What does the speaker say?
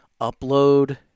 upload